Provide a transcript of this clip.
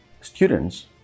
students